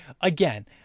Again